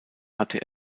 hatte